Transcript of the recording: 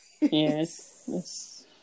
Yes